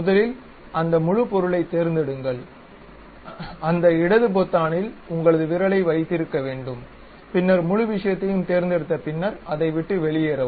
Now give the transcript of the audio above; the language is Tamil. முதலில் அந்த முழு பொருளைத் தேர்ந்தெடுங்கள் அந்த இடது பொத்தானில் உங்கள் விரலை வைத்திருக்க வேண்டும் பின்னர் முழு விஷயத்தையும் தேர்ந்தெடுத்த பின்னர் அதை விட்டு வெளியேறவும்